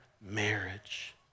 marriage